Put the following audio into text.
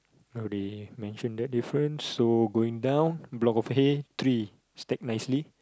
oh they mention their differences so going down block of hay three stacked nicely